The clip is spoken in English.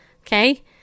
Okay